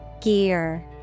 Gear